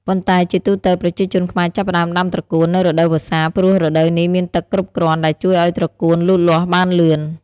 ប៉ុន្តែជាទូទៅ ប្រជាជនខ្មែរចាប់ផ្ដើមដាំត្រកួននៅ រដូវវស្សា ព្រោះរដូវនេះមានទឹកគ្រប់គ្រាន់ដែលជួយឲ្យត្រកួនលូតលាស់បានលឿន។